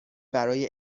برای